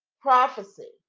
prophecy